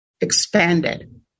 expanded